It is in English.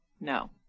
No